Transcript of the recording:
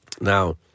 Now